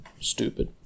Stupid